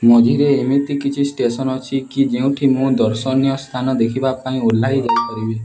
ମଝିରେ ଏମିତି କିଛି ଷ୍ଟେସନ୍ ଅଛି କି ଯେଉଁଠି ମୁଁ ଦର୍ଶନୀୟ ସ୍ଥାନ ଦେଖିବା ପାଇଁ ଓହ୍ଲାଇ ଯାଇପାରିବି